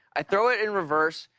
i throw it in reverse,